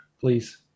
please